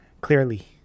Clearly